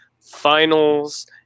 finals